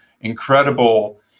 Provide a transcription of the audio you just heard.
incredible